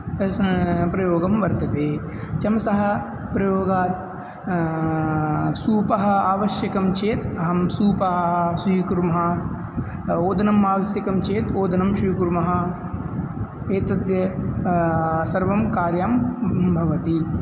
प्रस्न उपयोगं वर्तते चमसः प्रयोगात् सूपः आवश्यकं चेत् अहं सूपः स्वीकुर्मः ओदनम् आवश्यकं चेत् ओदनं स्वीकुर्मः एतत् सर्वं कार्यं भवति